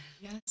Yes